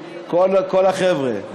כל החבר'ה,